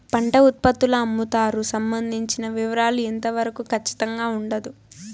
పంట ఉత్పత్తుల అమ్ముతారు సంబంధించిన వివరాలు ఎంత వరకు ఖచ్చితంగా ఉండదు?